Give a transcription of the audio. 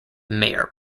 maier